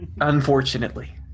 Unfortunately